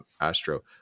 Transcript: Astro